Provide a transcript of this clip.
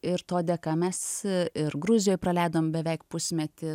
ir to dėka mes ir gruzijoj praleidom beveik pusmetį